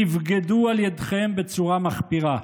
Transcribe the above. נבגדו על ידיכם בצורה מחפירה.